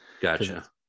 Gotcha